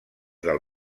del